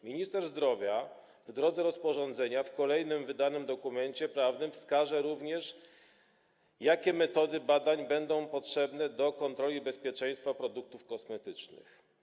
Minister zdrowia w drodze rozporządzenia, kolejnym wydanym dokumencie prawnym, wskaże również, jakie metody badań będą potrzebne do kontroli bezpieczeństwa produktów kosmetycznych.